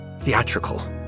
Theatrical